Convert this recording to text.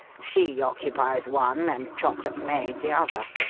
she occupies one and chocolate maid the other.